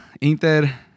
Inter